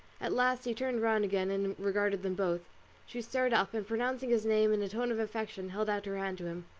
at last he turned round again, and regarded them both she started up, and pronouncing his name in a tone of affection, held out her hand to him.